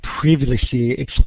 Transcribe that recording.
previously